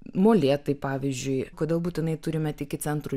molėtai pavyzdžiui kodėl būtinai turime tik į centrų